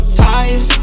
tired